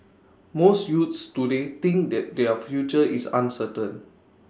most youths today think that their future is uncertain